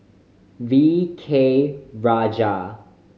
V K Rajah